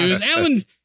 Alan